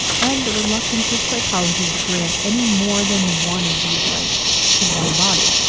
and the reluctance of psychology to grant any more than one of these rights to one body.